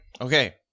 Okay